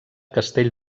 castell